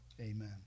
amen